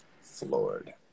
Floored